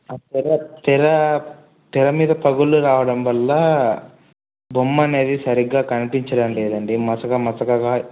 ఆ తెర తెర తెర మీద పగుళ్ళు రావడం వల్ల బొమ్మ అనేది సరిగ్గా కనిపించడంలేదండి మసక మసకగా